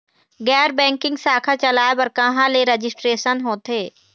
गैर बैंकिंग शाखा चलाए बर कहां ले रजिस्ट्रेशन होथे?